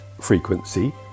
frequency